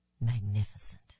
magnificent